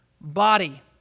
body